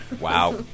Wow